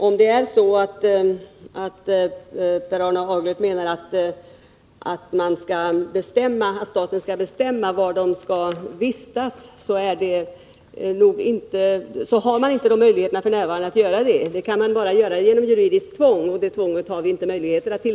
Om Per Arne Aglert menar att staten skall bestämma var de skall vistas, vill jag säga att detta bara kan göras genom att man tillgriper juridiskt tvång, vilket vi inte har några möjligheter att göra.